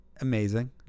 Amazing